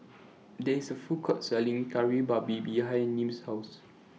There IS A Food Court Selling Kari Babi behind Nim's House